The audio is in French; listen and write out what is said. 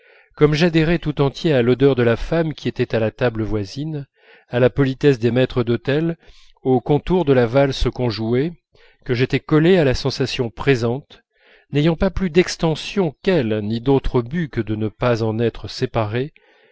comme j'adhérais tout entier à l'odeur de la femme qui était à la table voisine à la politesse des maîtres d'hôtel au contour de la valse qu'on jouait que j'étais collé à la sensation présente n'ayant pas plus d'extension qu'elle ni d'autre but que de ne pas en être séparé